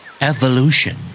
Evolution